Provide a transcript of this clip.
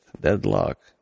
deadlock